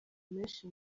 menshi